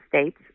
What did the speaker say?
States